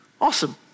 Awesome